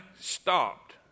stopped